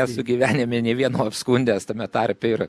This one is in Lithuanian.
esu gyvenime nė vieno apskundęs tame tarpe ir